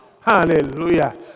hallelujah